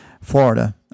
Florida